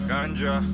Ganja